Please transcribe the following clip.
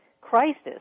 crisis